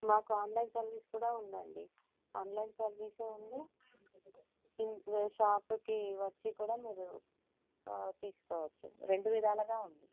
మాకు online service కూడా ఉందండి ఆన్లైన్ సర్వీస్ ఉంది షాప్కి వచ్చి కూడా మీరు తీసుకోవచ్చు రెండు విధాలుగా ఉంది